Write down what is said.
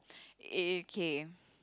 okay